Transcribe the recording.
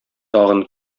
тагын